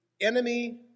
enemy